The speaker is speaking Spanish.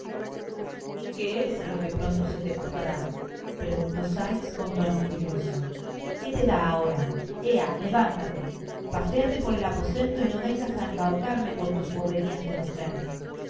qué es lo que pronto se pasará preguntó sikes con tono fumoso que te dá ahora ea levántale paséate por el apo sento y no vengas á embaucar m con tus boberias de mujer